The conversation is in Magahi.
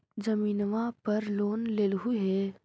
जमीनवा पर लोन लेलहु हे?